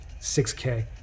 6K